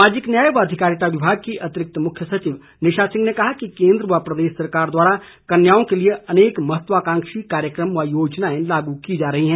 सामाजिक न्याय व अधिकारिता विभाग की अतिरिक्त मुख्य सचिव निशा सिंह ने कहा कि केन्द्र व प्रदेश सरकार द्वारा कन्याओं के लिए अनेक महत्वकांक्षी कार्यक्रम व योजनाएं लागू की जा रही हैं